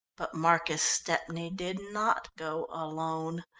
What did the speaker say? but marcus stepney did not go alone.